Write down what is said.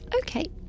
okay